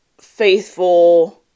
faithful